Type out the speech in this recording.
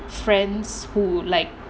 friends who like